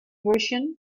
version